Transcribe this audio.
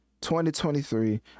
2023